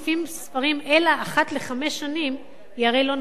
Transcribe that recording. ספרים אלא אחת לחמש שנים הרי לא נאכפת.